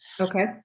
Okay